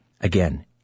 Again